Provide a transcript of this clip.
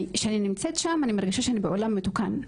שאני נמצאת שם אני מרגישה שאני בעולם מתוקן,